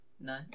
No